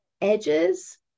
edges